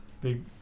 Big